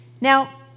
Now